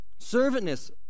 Servantness